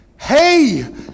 hey